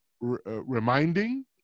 reminding